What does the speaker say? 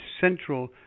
central